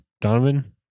donovan